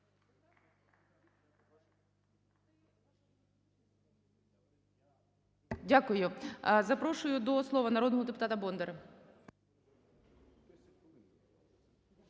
Дякую. Запрошую до слова народного депутата Войціцьку.